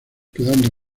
quedando